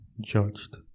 judged